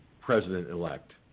president-elect